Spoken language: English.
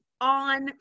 on